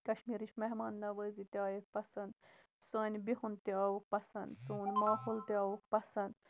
کشمیٖرٕچ مہمان نَوٲزی تہِ آیَکھ پَسند سانہِ بِہُن تہِ آوُکھ پَسند سون ماحول تہِ آوُکھ پَسند